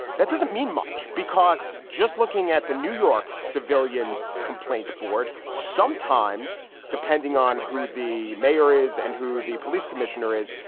that doesn't mean much because just looking at the new york civilian complaint board, sometimes depending on who the mayor is and who the police commissioner is,